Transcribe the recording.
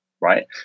right